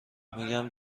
میگم